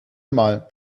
mal